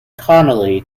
connelly